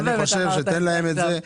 תן להם את זה.